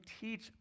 teach